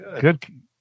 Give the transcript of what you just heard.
good